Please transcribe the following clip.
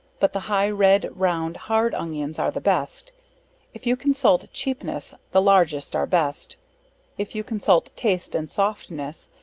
but the high red, round hard onions are the best if you consult cheapness, the largest are best if you consult taste and softness,